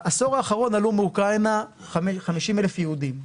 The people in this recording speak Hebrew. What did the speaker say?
בעשור האחרון עלו מאוקראינה 50,000 יהודים.